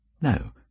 No